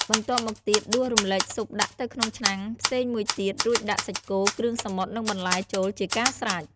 បន្ទាប់មកទៀតដួសរំលែកស៊ុបដាក់ទៅក្នុងឆ្នាំងផ្សេងមួយទៀត រួចដាក់ សាច់គោ គ្រឿងសមុទ្រនិងបន្លែចូលជាការស្រេច។